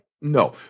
No